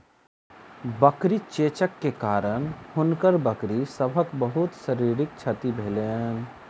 बकरी चेचक के कारण हुनकर बकरी सभक बहुत शारीरिक क्षति भेलैन